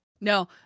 No